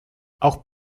auch